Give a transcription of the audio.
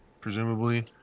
presumably